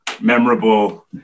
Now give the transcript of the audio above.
memorable